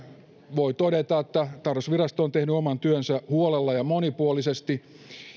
voi todeta että tarkastusvirasto on tehnyt oman työnsä huolella ja monipuolisesti